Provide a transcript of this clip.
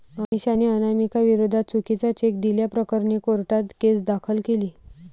अमिषाने अनामिकाविरोधात चुकीचा चेक दिल्याप्रकरणी कोर्टात केस दाखल केली